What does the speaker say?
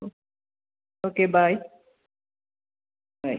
okay bye bye